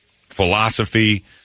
Philosophy